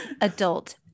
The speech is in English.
adult